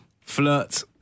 flirt